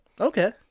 Okay